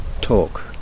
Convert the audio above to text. talk